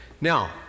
Now